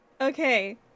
Okay